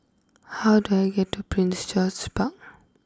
how do I get to Prince George's Park